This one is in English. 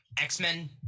X-Men